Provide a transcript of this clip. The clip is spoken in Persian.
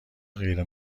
غیر